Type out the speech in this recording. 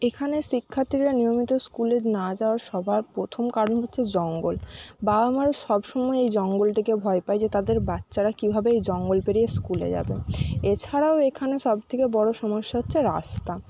এখানে শিক্ষার্থীরা নিয়মিত স্কুলে না যাওয়ার সবার প্রথম কারণ হচ্ছে জঙ্গল বাবা মারা সবসময়ে এই জঙ্গলটিকে ভয় পায় যে তাদের বাচ্চারা কীভাবে এই জঙ্গল পেরিয়ে স্কুলে যাবে এছাড়াও এখানে সব থেকে বড়ো সমস্যা হচ্ছে রাস্তা